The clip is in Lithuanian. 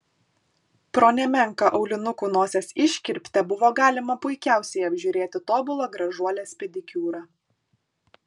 pro nemenką aulinukų nosies iškirptę buvo galima puikiausiai apžiūrėti tobulą gražuolės pedikiūrą